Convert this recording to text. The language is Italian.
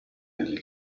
delle